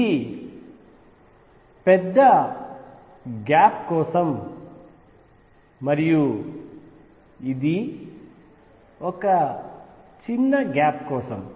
ఇది పెద్ద గ్యాప్ కోసం మరియు ఇది చిన్న బ్యాండ్ గ్యాప్ కోసం